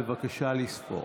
בבקשה לספור.